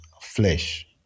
flesh